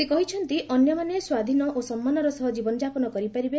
ସେ କହିଛନ୍ତି ଅନ୍ୟମାନେ ସ୍ୱାଧୀନ ଓ ସମ୍ମାନର ଜୀବନ ଯାପନ କରିପାରିବେ